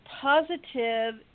positive